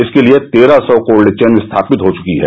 इसके लिए तेरह सौ कोल्ड चेन स्थापित हो चूकी हैं